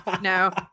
No